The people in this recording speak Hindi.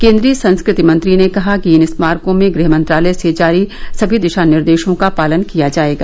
केन्द्रीय संस्कृति मंत्री ने कहा कि इन स्मारको में गृह मंत्रालय से जारी सभी दिशा निर्देशों का पालन किया जाएगा